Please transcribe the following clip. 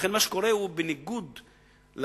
לכן, מה שקורה הוא בניגוד לכללים.